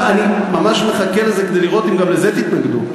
אני ממש מחכה לזה כדי לראות אם גם לזה תתנגדו.